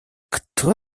кто